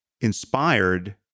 inspired